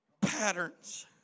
Patterns